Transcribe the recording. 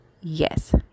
yes